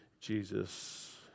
Jesus